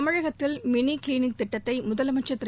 தமிழகத்தில் mini clinic திட்டத்தை முதலமைச்சர் திரு